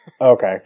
Okay